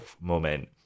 moment